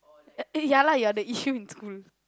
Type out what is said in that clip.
ya lah you are the issue in school